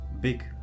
big